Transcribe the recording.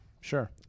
Sure